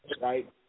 right